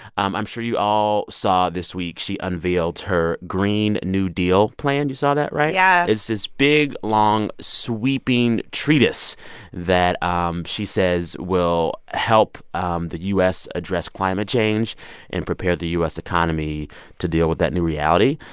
um i'm sure you all saw this week, she unveiled her green new deal plan. you saw that, right? yeah it's this big, long sweeping treatise that um she says will help um the u s. address climate change and prepare the u s. economy to deal with that new reality.